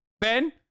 ben